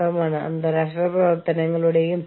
എന്താണ് വ്യാവസായിക പ്രവർത്തനം